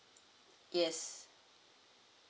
yes